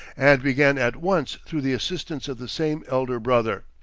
and began at once through the assistance of the same elder brother.